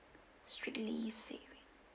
strictly saving